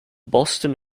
boston